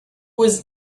was